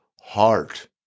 heart